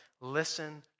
Listen